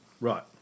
Right